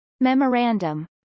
memorandum